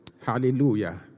Hallelujah